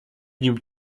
nim